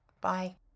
Bye